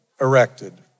erected